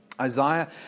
Isaiah